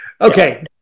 Okay